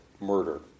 murder